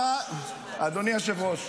אדוני היושב-ראש,